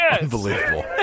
Unbelievable